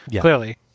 Clearly